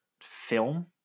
film